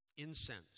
Incense